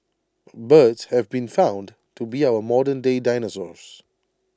birds have been found to be our modernday dinosaurs